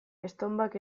estonbak